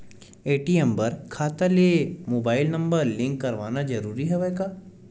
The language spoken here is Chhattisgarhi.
ए.टी.एम बर खाता ले मुबाइल नम्बर लिंक करवाना ज़रूरी हवय का?